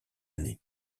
année